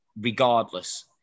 regardless